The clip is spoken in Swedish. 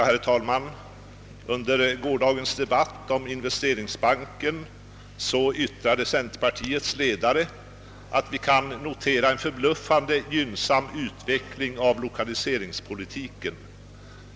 Herr talman! Under gårdagens debatt om investeringsbanken yttrade centerpartiets ledare, att vi kan notera en förbluffande gynnsam utveckling av lokaliseringspolitiken.